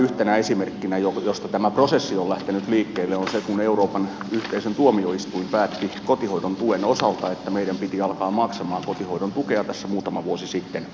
yhtenä esimerkkinä josta tämä prosessi on lähtenyt liikkeelle on se kun euroopan yhteisön tuomioistuin päätti kotihoidon tuen osalta että meidän piti alkaa maksamaan kotihoidon tukea tässä muutama vuosi sitten maailmalle eu maihin